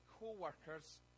co-workers